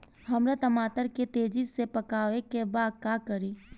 हमरा टमाटर के तेजी से पकावे के बा का करि?